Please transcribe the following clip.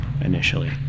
initially